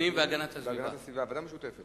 המשותפת